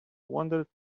wondered